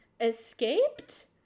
escaped